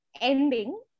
ending